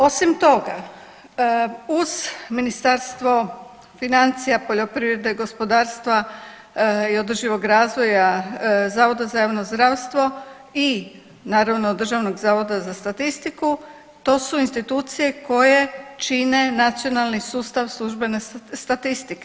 Osim toga uz Ministarstvo financija, poljoprivrede, gospodarstva i održivog razvoja Zavoda za javno zdravstvo i naravno Državnog zavoda za statistiku to su institucije koje čine nacionalni sustav službene statistike.